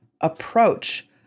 approach